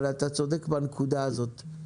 אבל אתה צודק בנקודה הזאת,